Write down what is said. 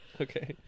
Okay